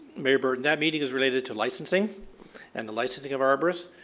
mayor burton, that meeting is related to licensing and the licensing of arbourists.